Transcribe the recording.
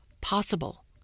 possible